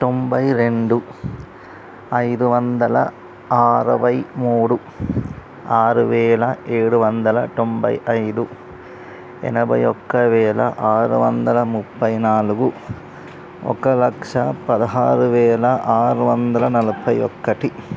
తొంభై రెండు ఐదు వందల ఆరవై మూడు ఆరు వేల ఏడు వందల తొంభై ఐదు ఎనభై ఒక్క వేల ఆరు వందల ముప్పై నాలుగు ఒక లక్ష పదహారు వేల ఆరు వందల నలభై ఒక్కటి